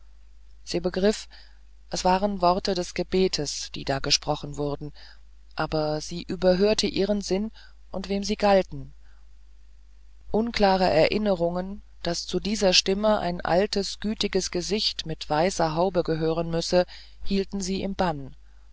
sie begriff es waren worte des gebetes die da gesprochen wurden aber sie überhörte ihren sinn und wem sie galten unklare erinnerungen daß zu dieser stunde ein altes gütiges gesicht mit weißer haube gehören müsse hielten sie im bann